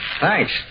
Thanks